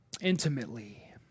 intimately